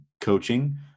coaching